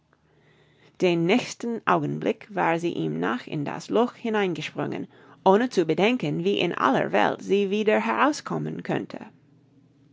den nächsten augenblick war sie ihm nach in das loch hineingesprungen ohne zu bedenken wie in aller welt sie wieder herauskommen könnte